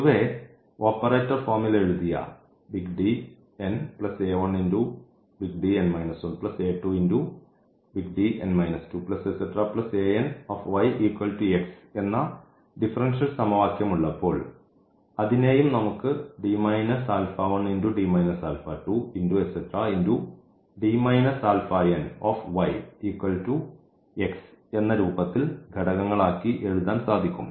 പൊതുവേ ഓപ്പറേറ്റർ ഫോമിൽ എഴുതിയ എന്ന ഡിഫറൻഷ്യൽ സമവാക്യം ഉള്ളപ്പോൾ അതിനെയും നമുക്ക് എന്ന രൂപത്തിൽ ഘടകങ്ങൾ ആക്കി എഴുതാൻ സാധിക്കും